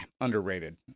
underrated